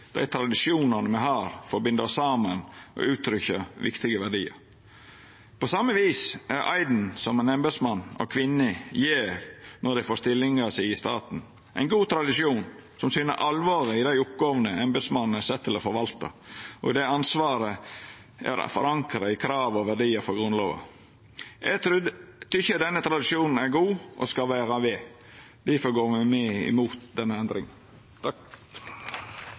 dei tradisjonane me har for å binda oss saman og uttrykkja viktige verdiar, er. På same vis er eiden som ein embetsmann og -kvinne gjer når dei får stillinga si i staten – ein god tradisjon som syner alvoret i dei oppgåvene embetsmannen er sett til å forvalta, og det ansvaret er forankra i krav og verdiar i Grunnlova. Eg tykkjer denne tradisjonen er god og skal vara ved. Difor går me imot denne endringa.